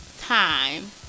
time